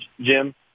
Jim